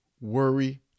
worry